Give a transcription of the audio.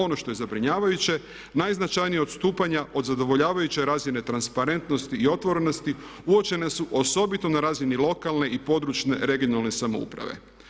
Ono što je zabrinjavajuće najznačajnija odstupanja od zadovoljavajuće razine transparentnosti i otvorenosti uočene su osobito na razini lokalne i područne (regionalne) samouprave.